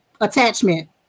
Attachment